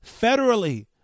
federally